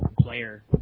player